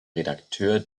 redakteur